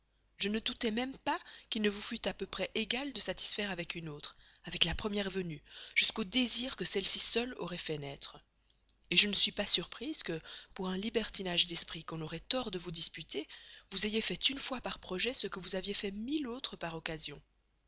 je ne doutais même pas qu'il ne vous fût à peu près égal de satisfaire avec une autre avec la première venue jusqu'aux désirs que celle-ci seule aurait fait naître je ne suis pas surprise que par un libertinage d'esprit qu'on aurait tort de vous disputer vous ayez fait une fois par projet ce que vous aviez fait mille autres par occasion